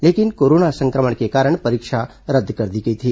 लेकिन कोरोना संक्रमण के कारण परीक्षा रद्द कर दी गई थी